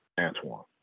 Antoine